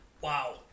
Wow